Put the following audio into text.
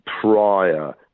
prior